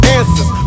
answers